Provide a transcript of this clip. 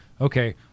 okay